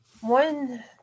one